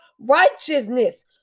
Righteousness